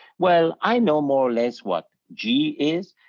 well, i know more or less what g is,